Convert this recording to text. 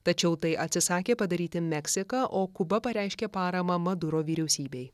tačiau tai atsisakė padaryti meksika o kuba pareiškė paramą maduro vyriausybei